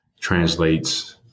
translates